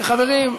חברים,